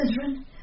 Children